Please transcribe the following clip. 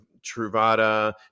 truvada